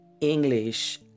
English